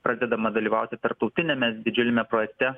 pradedama dalyvauti tarptautiniame didžiuliame projekte